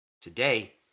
Today